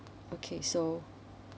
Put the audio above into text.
okay so